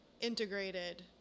integrated